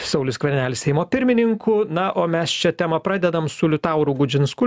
saulius skvernelis seimo pirmininku na o mes čia temą pradedam su liutauru gudžinsku